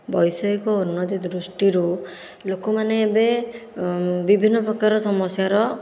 ବୈଷୟିକ ଉନ୍ନତି ଦୃଷ୍ଟିରୁ ଲୋକମାନେ ଏବେ ବିଭିନ୍ନ ପ୍ରକାରର ସମାସ୍ୟାର